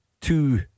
two